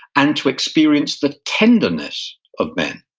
and to experience the tenderness of men.